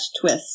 twist